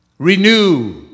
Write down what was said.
Renew